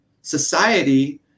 society